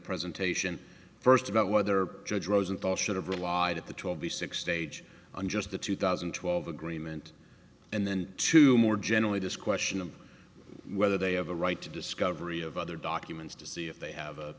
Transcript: presentation first about whether judge rosenthal should have relied at the twenty six stage on just the two thousand and twelve agreement and then two more generally this question of whether they have a right to discovery of other documents to see if they have a